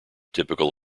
typical